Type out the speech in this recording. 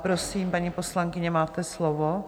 Prosím, paní poslankyně, máte slovo.